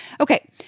Okay